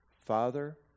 Father